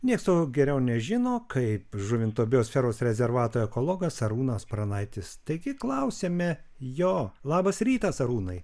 nieks to geriau nežino kaip žuvinto biosferos rezervato ekologas arūnas pranaitis taigi klausiame jo labas rytas arūnai